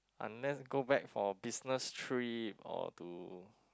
unless go back for business trip or to